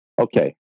Okay